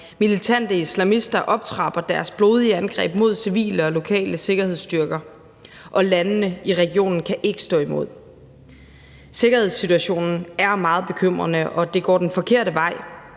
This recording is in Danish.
Militante islamister optrapper deres blodige angreb mod civile og lokale sikkerhedsstyrker, og landene i regionen kan ikke stå imod. Sikkerhedssituationen er meget bekymrende, og det går den forkerte vej.